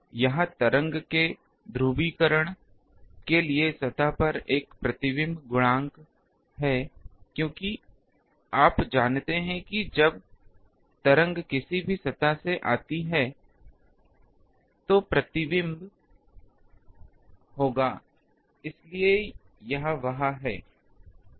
यह तरंग के ध्रुवीकरण के लिए सतह का एक प्रतिबिंब गुणांक है क्योंकि आप जानते हैं कि जब तरंग किसी भी सतह से आती है तो प्रतिबिंब होगा इसलिए यह वहां है